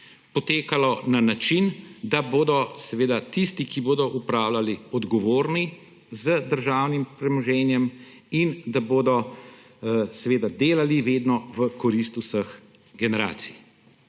potekalo na način, da bodo seveda tisti, ki bodo upravljali, odgovorni z državnim premoženjem in da bodo seveda delali vedno v korist vseh generacij.